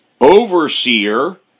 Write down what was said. overseer